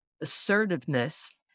assertiveness